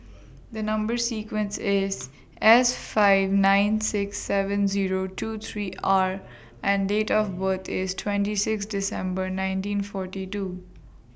The Number sequence IS S five nine six seven Zero two three R and Date of birth IS twenty six December nineteen forty two